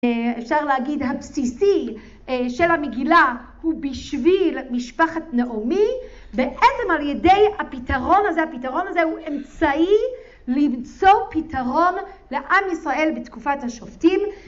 אפשר להגיד, הבסיסי של המגילה הוא בשביל משפחת נעמי, בעצם על ידי הפתרון הזה, הפתרון הזה הוא אמצעי למצוא פתרון לעם ישראל בתקופת השופטים